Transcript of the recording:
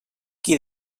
qui